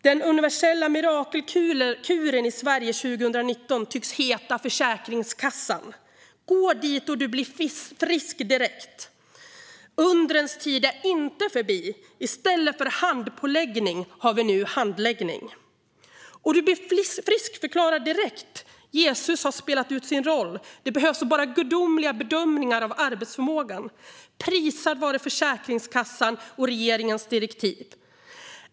Den universella mirakelkuren i Sverige 2019 tycks heta Försäkringskassan. Gå dit och du blir frisk direkt! Undrens tid är inte förbi. I stället för handpåläggning har vi nu handläggning. Du blir friskförklarad direkt. Jesus har spelat ut sin roll. Nu behövs bara gudomliga bedömningar av arbetsförmågan. Prisad vare Försäkringskassan och regeringens direktiv!